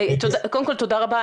קודם כל תודה רבה,